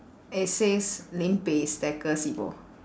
it says lim peh stacker sibo